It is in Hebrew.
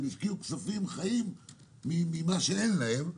הם השקיעו כספים חיים ממה שאין להם.